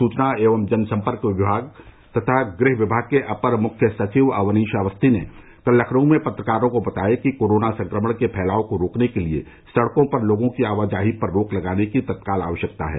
सुचना एवं जनसम्पर्क विभाग तथा गृह विभाग के अपर मुख्य सचिव अवनीश अवस्थी ने कल लखनऊ में पत्रकारों को बताया कि कोरोना संक्रमण के फैलाव को रोकने के लिए सड़कों पर लोगों की आवाजाही पर रोक लगाने की तत्काल आवश्यकता है